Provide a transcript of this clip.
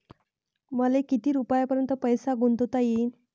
मले किती रुपयापर्यंत पैसा गुंतवता येईन?